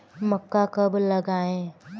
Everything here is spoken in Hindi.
मक्का कब लगाएँ?